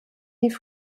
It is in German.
die